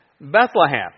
Bethlehem